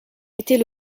était